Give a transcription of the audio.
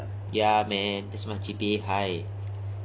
ya man that's why G_P_A high